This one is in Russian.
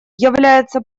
является